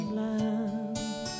land